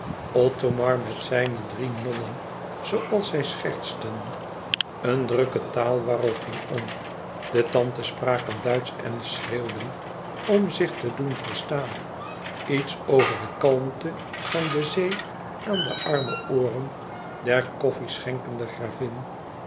othomar met zijne drie nornen zooals zij schertsten een drukke taalwarrel ging om de tantes spraken duitsch en schreeuwden om zich te doen verstaan iets over de kalmte van de zee aan de arme ooren der koffieschenkende gravin